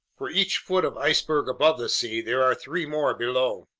for each foot of iceberg above the sea, there are three more below.